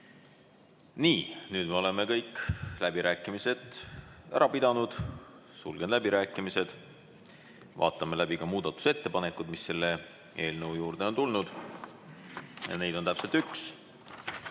Nüüd me oleme kõik läbirääkimised ära pidanud, sulgen läbirääkimised. Vaatame läbi muudatusettepanekud, mis selle eelnõu kohta on tulnud. Neid on täpselt üks,